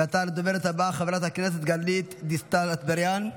ועתה לדוברת הבאה, חברת הכנסת גלית דיסטל אטבריאן,